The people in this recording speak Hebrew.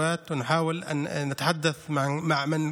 מדברים עכשיו על נושא הפסיכומטרי בחברה הערבית לתלמידים הערבים.